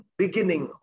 beginning